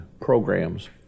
programs